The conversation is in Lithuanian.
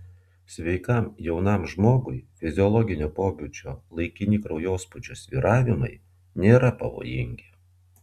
sveikam jaunam žmogui fiziologinio pobūdžio laikini kraujospūdžio svyravimai nėra pavojingi